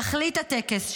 תכלית הטקס,